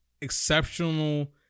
exceptional